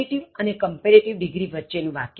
આ superlative અને comparative degree વચ્ચેનું વાક્ય છે